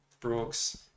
brooks